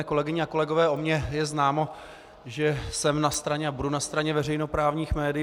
Kolegyně a kolegové, o mně je známo, že jsem na straně a budu na straně veřejnoprávních médií.